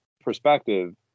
perspective